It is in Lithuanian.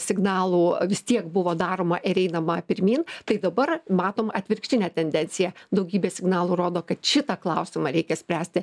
signalų vis tiek buvo daroma ir einama pirmyn tai dabar matom atvirkštinę tendenciją daugybė signalų rodo kad šitą klausimą reikia spręsti